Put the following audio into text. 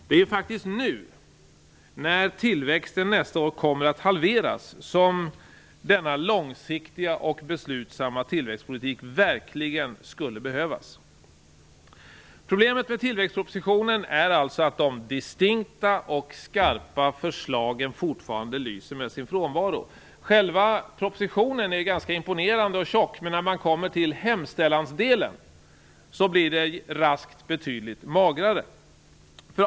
Det är ju faktiskt nu, när tillväxten nästa år kommer att halveras, som denna långsiktiga och beslutsamma tillväxtpolitik verkligen skulle behövas. Problemet med tillväxtpropositionen är alltså att de distinkta och skarpa förslagen fortfarande lyser med sin frånvaro. Själva propositionen är ganska imponerande och tjock, men när man kommer till hemställansdelen blir den raskt betydligt magrare.